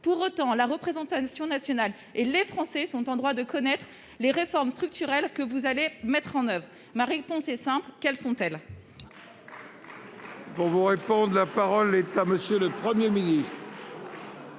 pour autant, la représentation nationale et les Français sont en droit de connaître les réformes structurelles que vous allez mettre en oeuvre, ma réponse est simple ou quelles sont-elles. On vous réponde, la parole est à monsieur le 1er ministre.